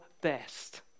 best